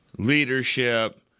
leadership